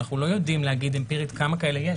אנחנו לא יודעים להגיד אמפירית כמה כאלה יש.